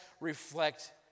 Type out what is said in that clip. reflect